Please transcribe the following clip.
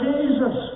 Jesus